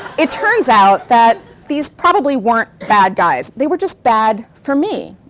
it turns out that these probably weren't bad guys. there were just bad for me.